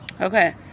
Okay